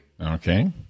Okay